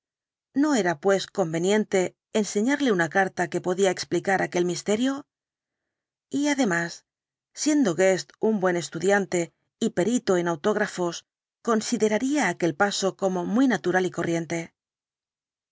no era pues conveniente enseñarle una carta que podía explicar aquel misterio y además siendo guest un buen estudiante y perito en autógrafos consideraría aquel paso como muy natural y corriente